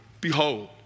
behold